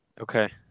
Okay